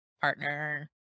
partner